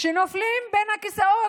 שנופלים בין הכיסאות?